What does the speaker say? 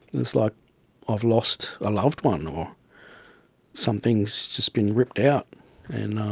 it's like i've lost a loved one or something's just been ripped out and